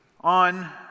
on